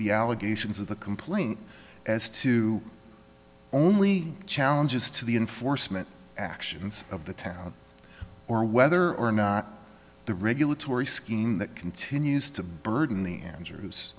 the allegations of the complaint as to only challenges to the enforcement actions of the town or whether or not the regulatory scheme that continues to burden the answers